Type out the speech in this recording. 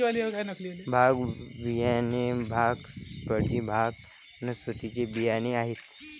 भांग बियाणे भांग सॅटिवा, भांग वनस्पतीचे बियाणे आहेत